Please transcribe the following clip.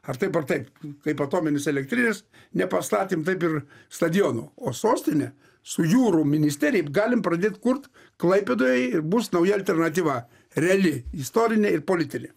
ar taip ar taip kaip atominės elektrinės nepastatėm taip ir stadionų o sostinė su jūrų ministerija galim pradėt kurt klaipėdoje ir bus nauja alternatyva reali istorinė ir politinė